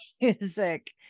music